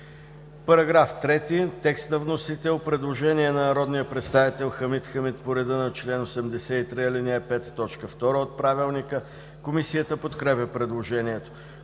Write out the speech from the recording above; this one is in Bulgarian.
Параграф 5 – текст на вносител. Предложение на народния представител Хамид Хамид по реда на чл. 83, ал. 5, т. 2 от Правилника. Комисията подкрепя предложението.